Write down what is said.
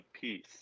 peace